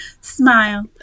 smile